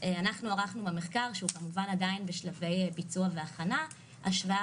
ערכנו במחקר שהוא עדיין בשלבי ביצוע והכנה השוואה